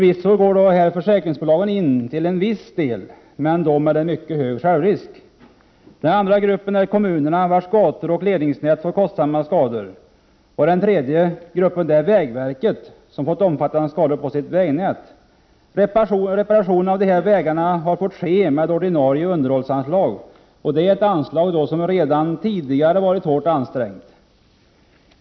Visst går här försäkringsbolagen in till en viss del, men med en mycket hög självrisk. Den andra gruppen är kommunerna, vilkas gator och ledningsnät fått kostsamma skador. Den tredje är vägverket, som fått omfattande skador på sitt vägnät. Reparationerna av vägarna har fått ske med ordinarie underhållsanslag, och det är ett anslag som redan tidigare varit hårt ansträngt.